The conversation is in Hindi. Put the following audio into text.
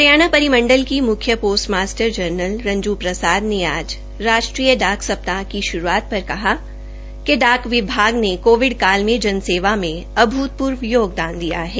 हरियाणा रिमंडल की मुख्य postmaster general Ranju Prasad ने आज राष्ट्रीय डाक सप्ताह की शुरूआत र कहा कि डाक विभाग ने कोविड काल में जन सेवा में अभूत र्व योगदान दिया है